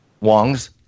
Wong's